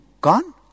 Gone